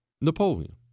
Napoleon